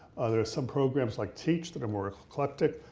there are some programs like teacch that are more eclectic,